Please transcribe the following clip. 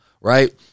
Right